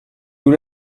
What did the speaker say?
nous